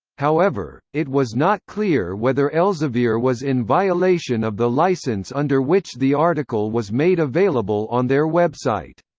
however, it was not clear whether elsevier was in violation of the license under which the article was made available on their website.